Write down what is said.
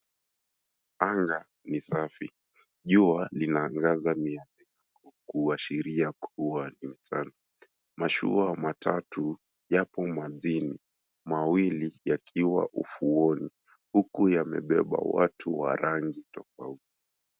Anga ni safi. Jua, linaagaza pia kuashiria kuwa ni mchana. Mashua matatu, yapo majini. Mawili, yakiwa ufuoni, huku yamebeba watu wa rangi tofauti.